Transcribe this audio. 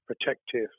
protective